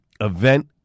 event